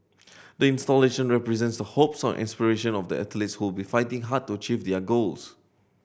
installation represents the hopes and aspiration of the athletes who will be fighting hard to achieve their goals